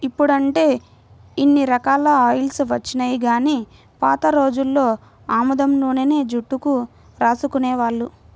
ఇప్పుడంటే ఇన్ని రకాల ఆయిల్స్ వచ్చినియ్యి గానీ పాత రోజుల్లో ఆముదం నూనెనే జుట్టుకు రాసుకునేవాళ్ళు